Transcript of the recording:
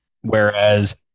Whereas